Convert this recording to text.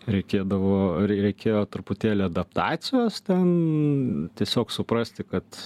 reikėdavo reikėjo truputėlį adaptacijos ten tiesiog suprasti kad